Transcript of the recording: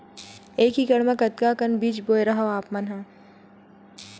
एक एकड़ म कतका अकन बीज बोए रेहे हँव आप मन ह?